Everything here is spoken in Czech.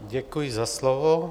Děkuji za slovo.